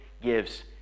gives